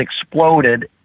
exploded